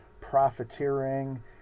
profiteering